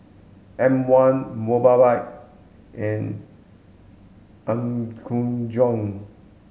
M one Mobike and Apgujeong